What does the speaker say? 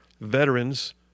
veterans